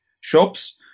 shops